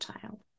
child